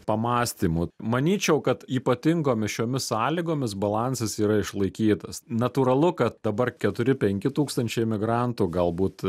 pamąstymų manyčiau kad ypatingomis šiomis sąlygomis balansas yra išlaikytas natūralu kad dabar keturi penki tūkstančiai migrantų galbūt